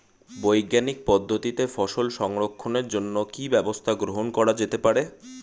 বৈজ্ঞানিক পদ্ধতিতে ফসল সংরক্ষণের জন্য কি ব্যবস্থা গ্রহণ করা যেতে পারে?